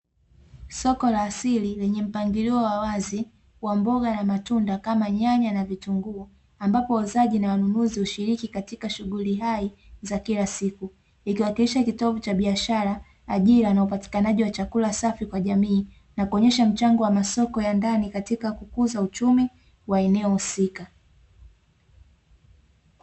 Soko la asili lenye mpangilio wa wazi kama mboga na matunda likionyesha chakula safi kwa jamii na mpango wa kuimarisha huduma bora kwa jamii husika